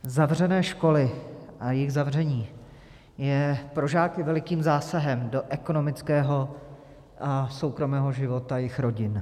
Zavřené školy a jejich zavření je pro žáky velikým zásahem do ekonomického a soukromého života jejich rodin.